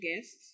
guests